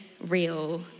real